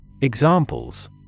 Examples